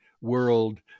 world